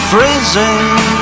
Freezing